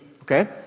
okay